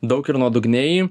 daug ir nuodugniai